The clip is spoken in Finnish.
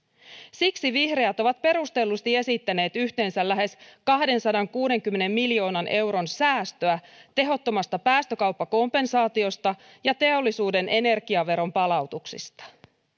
siksi vihreät ovat perustellusti esittäneet yhteensä lähes kahdensadankuudenkymmenen miljoonan euron säästöä tehottomasta päästökauppakompensaatiosta ja teollisuuden energiaveron palautuksista